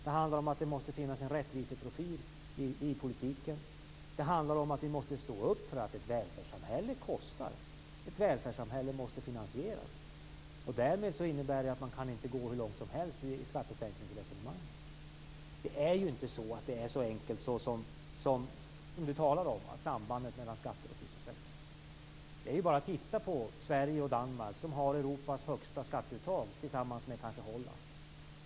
Det handlar om att det måste finnas en rättviseprofil i politiken. Det handlar om att vi måste stå upp för att ett välfärdssamhälle kostar. Ett välfärdssamhälle måste finansieras. Det innebär att man inte kan gå hur långt som helst i skattesäkningsresonemang. Det är inte så enkelt som Holger Gustafsson säger när det gäller sambandet mellan skatter och sysselsättning. Sverige och Danmark har Europas högsta skatteuttag, kanske tillsammans med Holland.